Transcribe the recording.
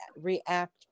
react